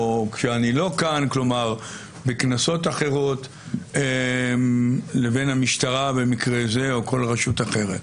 כשאני לא כאן - וכנסות אחרות לבין המשטרה במקרה זה או כל רשות אחרת.